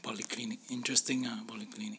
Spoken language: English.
polyclinic interesting ah polyclinic